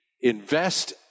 invest